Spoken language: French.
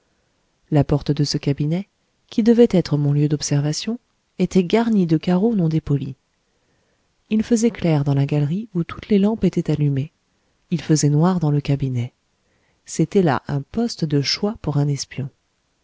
la porte de ce cabinet qui devait être mon lieu d'observation était garnie de carreaux non dépolis il faisait clair dans la galerie où toutes les lampes étaient allumées il faisait noir dans le cabinet c'était là un poste de choix pour un espion